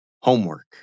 homework